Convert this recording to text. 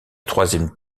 troisième